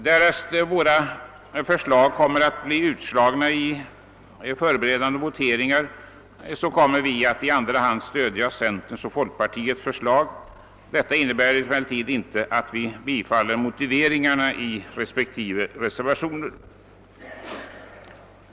Därest våra förslag blir utslagna i förberedande voteringar kommer vi att i andra hand stödja centerns och folkpartiets förslag. Detta innebär emellertid inte att vi biträder motiveringarna i respektive reservationer.